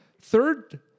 Third